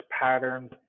patterns